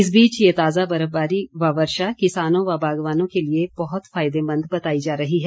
इस बीच ये ताजा बर्फबारी व वर्षा किसानों व बागवानों के लिए बहुत फायदेमंद बताई जा रही है